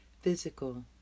physical